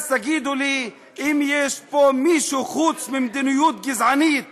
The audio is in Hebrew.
ואז תגידו לי אם יש פה משהו חוץ ממדיניות גזענית